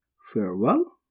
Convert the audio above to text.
Farewell